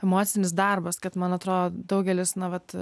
emocinis darbas kad man atrodo daugelis nu vat